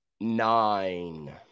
Nine